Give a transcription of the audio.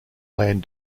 land